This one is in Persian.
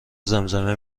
زمزمه